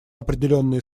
определенные